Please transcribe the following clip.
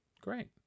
Great